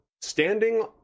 standing